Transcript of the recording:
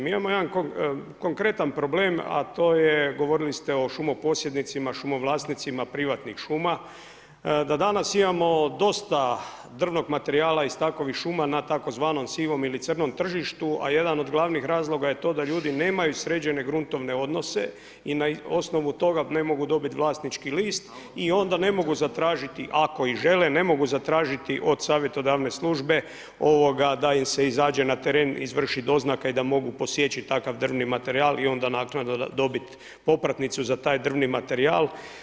Mi imamo jedan konkretan problem, a to je govorili ste o šumoposjednicima, šumovlasnicima privatnih šuma da danas imamo dosta drvnog materijala iz takovih šuma na tzv. sivom ili crnom tržištu, a jedan od glavnih razloga je to da ljudi nemaju sređene gruntovne odnose i na osnovu toga ne mogu dobiti vlasnički list i onda ne mogu zatražiti ako i žele, ne mogu zatražiti od savjetodavne službe da im se izađe na teren, izvrši doznaka i da mogu posjeći takav drvni materijal i onda naknadno dobiti popratnicu za taj drvni materijal.